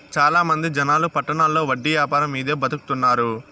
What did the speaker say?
చాలా మంది జనాలు పట్టణాల్లో వడ్డీ యాపారం మీదే బతుకుతున్నారు